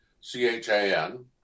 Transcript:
c-h-a-n